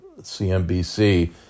CNBC